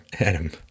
Adam